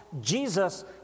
Jesus